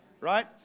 Right